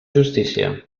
justícia